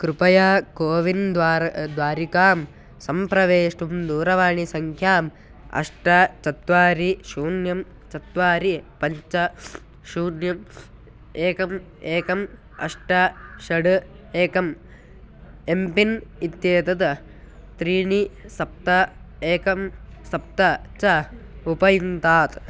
कृपया कोविन् द्वारं द्वारिकां सम्प्रवेष्टुं दूरवाणीसङ्ख्याम् अष्ट चत्वारि शून्यं चत्वारि पञ्च शून्यम् एकम् एकम् अष्ट षड् एकम् एम्पिन् इत्येतद् त्रीणि सप्त एकं सप्त च उपयुङ्तात्